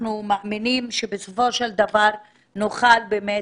אנחנו מאמינים שבסופו של דבר נוכל באמת,